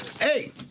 hey